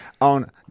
on